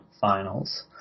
Finals